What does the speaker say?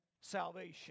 salvation